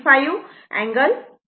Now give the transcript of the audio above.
5 angle 60 o येते